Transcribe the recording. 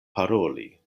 paroli